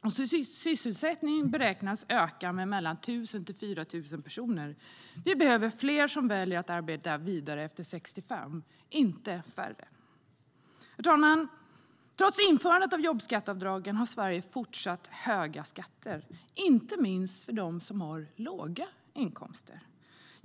och sysselsättningen beräknas öka med 1 000-4 000 personer. Vi behöver fler som väljer att arbeta vidare efter 65, inte färre. Herr talman! Trots införandet av jobbskatteavdragen har Sverige fortsatt höga skatter, inte minst för dem med låga inkomster.